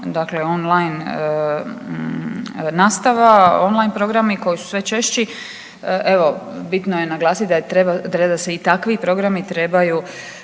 dakle online nastava, online programi koji su sve češći. Evo bitno je naglasit da …/Govornik se